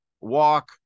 walk